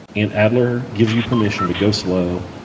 and adler gives you permission to go slow,